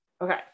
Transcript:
Okay